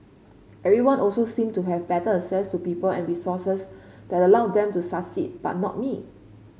everyone also seemed to have better access to people and resources that allowed them to succeed but not me